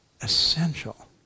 essential